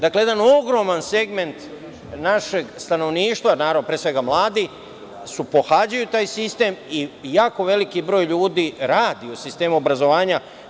Dakle, jedan ogroman segment našeg stanovništva, naravno pre svega mladih, pohađaju taj sistem i jako veliki broj ljudi radi u sistemu obrazovanja.